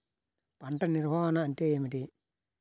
పంట నిర్వాహణ అంటే ఏమిటి?